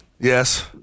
Yes